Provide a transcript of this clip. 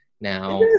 now